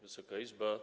Wysoka Izbo!